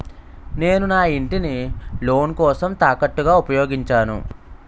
నేను నా ఇంటిని లోన్ కోసం తాకట్టుగా ఉపయోగించాను